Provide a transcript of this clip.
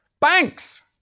Banks